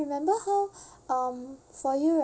remember how um for you ri~